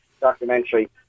documentary